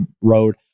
road